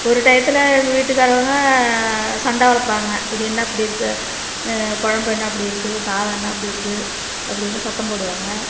ஒரு டயத்தில் எங்கள் வீட்டுக்காரவங்க சண்டை வளர்ப்பாங்க இது என்ன இப்பிடி இருக்குது குழம்பு என்ன இப்பிடி இருக்குது சாதம் என்ன இப்படி இருக்குது அப்படின்னு சத்தம் போடுவாங்க